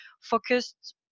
focused